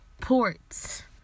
ports